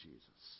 Jesus